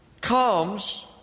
comes